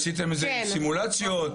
עשיתם סימולציות?